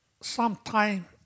sometime